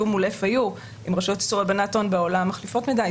מול FAU. אם רשויות איסור הלבנת הון בעולם מחליפות מידע,